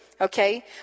Okay